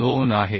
02आहे